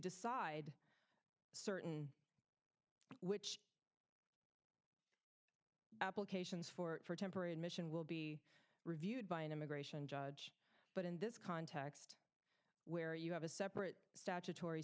decide certain which applications for temporary admission will be reviewed by an immigration judge but in this context where you have a separate statutory